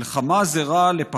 // מלחמה זה רע לחלומות וציפורים,